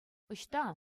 ӑҫта